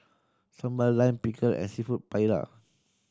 Sambar Lime Pickle and Seafood Paella